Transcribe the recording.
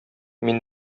мин